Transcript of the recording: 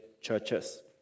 churches